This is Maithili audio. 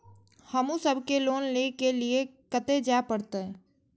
हमू सब के लोन ले के लीऐ कते जा परतें?